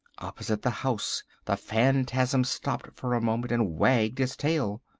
opposite the house the phantasm stopped for a moment and wagged its tail.